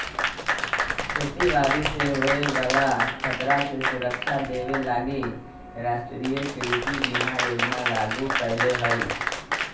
खेती बाड़ी से होय बला खतरा से सुरक्षा देबे लागी राष्ट्रीय कृषि बीमा योजना लागू कएले हइ